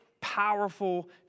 powerful